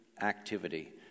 activity